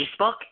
Facebook